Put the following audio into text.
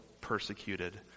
persecuted